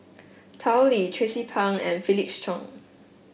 Tao Li Tracie Pang and Felix Cheong